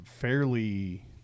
fairly